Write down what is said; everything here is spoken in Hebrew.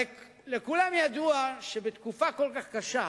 הרי לכולם ידוע שבתקופה כל כך קשה,